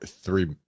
three